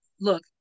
Look